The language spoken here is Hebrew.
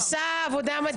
עשה עבודה מדהימה.